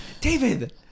David